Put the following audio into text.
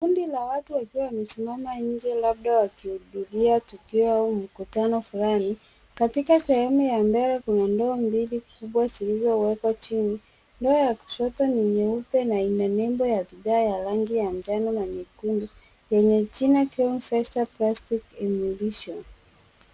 Kundi la watu labda wakihudhuria tukio au mkutano fulani. Katika sehemu ya mbele kuna ndoo mbili kubwa zilizowekwa chini. Ndoo ya kushoto ni nyeupe na ina nembo ya bidhaa ya rangi ya njano na nyekundu yenye jina Crown Vesta Plastick Emulsion .